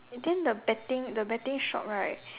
and then the betting the betting shop right